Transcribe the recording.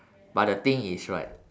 but the thing is right